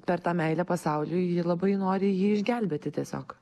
per tą meilę pasauliui ji labai nori jį išgelbėti tiesiog